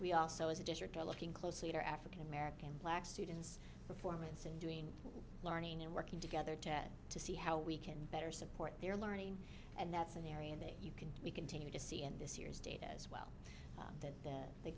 we also as a district are looking closely at our african american black students performance and doing learning and working together to to see how we can better support their learning and that's an area that you can we continue to see in this year's data as well that the